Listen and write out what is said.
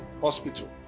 hospital